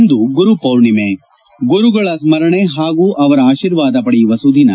ಇಂದು ಗುರು ಪೂರ್ಣಿಮೆ ಗುರುಗಳ ಸ್ಗರಣೆ ಹಾಗೂ ಅವರ ಆಶೀರ್ವಾದ ಪಡೆಯುವ ಸುದಿನ